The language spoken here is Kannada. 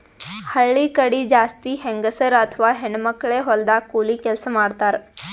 ಹಳ್ಳಿ ಕಡಿ ಜಾಸ್ತಿ ಹೆಂಗಸರ್ ಅಥವಾ ಹೆಣ್ಣ್ ಮಕ್ಕಳೇ ಹೊಲದಾಗ್ ಕೂಲಿ ಕೆಲ್ಸ್ ಮಾಡ್ತಾರ್